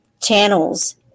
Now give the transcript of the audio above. channels